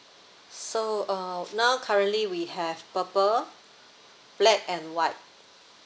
so uh now currently we have purple black and white